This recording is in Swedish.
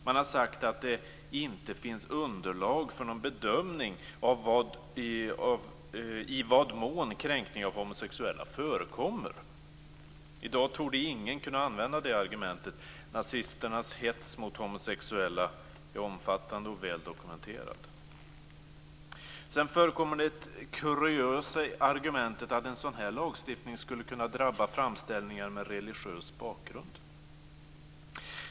Man har sagt att det inte finns underlag för någon bedömning av i vad mån kränkning av homosexuella förekommer. I dag torde ingen kunna använda det argumentet. Nazisternas hets mot homosexuella är omfattande och väl dokumenterad. Sedan förekommer det kuriösa argumentet att en sådan här lagstiftning skulle kunna drabba framställningar med religiös bakgrund.